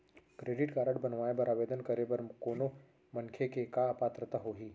Credit card बनवाए बर आवेदन करे बर कोनो मनखे के का पात्रता होही?